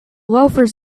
loafers